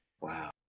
Wow